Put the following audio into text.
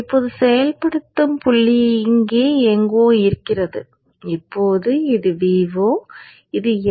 இப்போது செயல்படுத்தும் புள்ளி இங்கே எங்கோ இருக்கிறது இப்போது இது Vo இது f